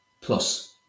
Plus